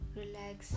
relax